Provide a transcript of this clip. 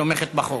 תוסיף אותי בבקשה,